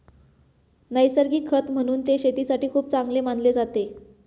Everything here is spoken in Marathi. नैसर्गिक खत म्हणून ते शेतीसाठी खूप चांगले मानले जाते